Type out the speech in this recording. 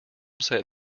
set